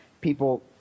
people